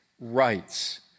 rights